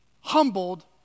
humbled